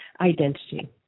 identity